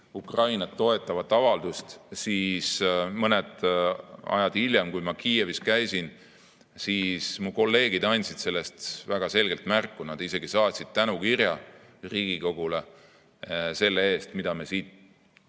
Ukrainat toetavat avaldust, siis mõni aeg hiljem, kui ma Kiievis käisin, andsid mu kolleegid sellest väga selgelt märku. Nad isegi saatsid tänukirja Riigikogule selle eest, mille me siit